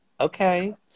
Okay